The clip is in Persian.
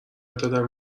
دادم